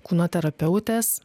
kūno terapeutės